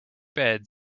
bed